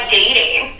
dating